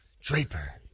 Draper